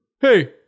Hey